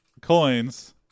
coins